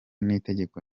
n’itegeko